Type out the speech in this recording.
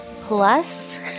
Plus